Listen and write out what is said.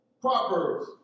Proverbs